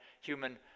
human